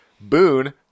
Boone